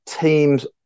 Teams